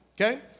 Okay